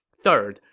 third,